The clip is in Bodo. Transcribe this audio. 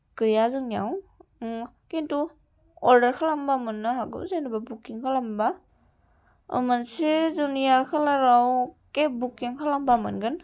गैया जोंनियाव किन्तु अर्डार खालामोबा मोननो हागौ जेनेबा बुकिं खालामोबा मोनसे जोंनिया खालाराव केब बुकिं खालामोबा मोनगोन